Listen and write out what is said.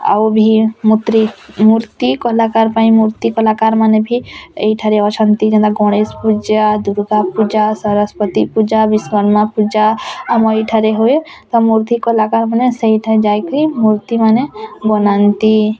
ଆଉ ଭି ମୂତ୍ରୀ ମୂର୍ତ୍ତି କଲାକାର ପାଇଁ ମୂର୍ତ୍ତି କଲାକାର ମାନେ ଭି ଏଇଠାରେ ଅଛନ୍ତି ଯେନ୍ତା ଗଣେଶ ପୂଜା ଦୁର୍ଗା ପୂଜା ସରସ୍ୱତୀ ପୂଜା ବିଶ୍ୱକର୍ମା ପୂଜା ଆମ ଏଇଠାରେ ହୁଏ ତ ମୂର୍ତ୍ତି କଲାକାର ମାନେ ସେଇଠାରେ ଯାଇଁ କିରି ମୂର୍ତ୍ତି ମାନେ ବନାନ୍ତି